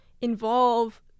involve